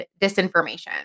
disinformation